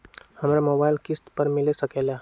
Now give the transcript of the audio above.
हमरा मोबाइल किस्त पर मिल सकेला?